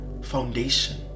Foundation